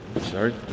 Sorry